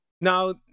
Now